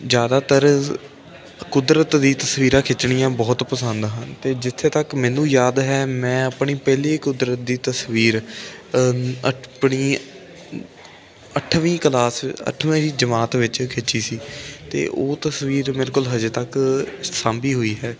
ਜ਼ਿਆਦਾਤਰ ਕੁਦਰਤ ਦੀ ਤਸਵੀਰਾਂ ਖਿੱਚਣੀਆਂ ਬਹੁਤ ਪਸੰਦ ਹਨ ਅਤੇ ਜਿੱਥੇ ਤੱਕ ਮੈਨੂੰ ਯਾਦ ਹੈ ਮੈਂ ਆਪਣੀ ਪਹਿਲੀ ਕੁਦਰਤ ਦੀ ਤਸਵੀਰ ਆਪਣੀ ਅੱਠਵੀਂ ਕਲਾਸ ਅੱਠਵੀਂ ਜਮਾਤ ਵਿੱਚ ਖਿੱਚੀ ਸੀ ਅਤੇ ਉਹ ਤਸਵੀਰ ਮੇਰੇ ਕੋਲ ਹਜੇ ਤੱਕ ਸਾਂਭੀ ਹੋਈ ਹੈ